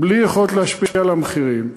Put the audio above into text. בלי יכולת להשפיע על המחירים,